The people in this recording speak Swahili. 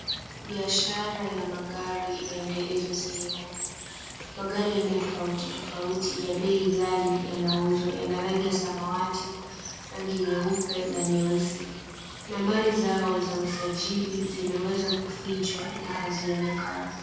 Biashara ya magari inaendelezwa sehemu hii. Magari aina tofauti tofauti ya bei ghali yanauzwa. Yana rangi ya samawati, rangi nyeupe na nyeusi. Nambari zao za usajili zimeweza kufichwa na hazionekani.